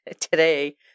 today